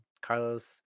Carlos